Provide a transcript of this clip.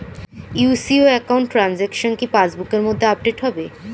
UCO account transaction কি পাস বুকের মধ্যে আপডেট হবে?